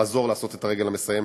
לעזור לעשות את "הרגל המסיימת".